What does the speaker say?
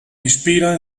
inspira